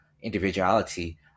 individuality